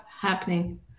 happening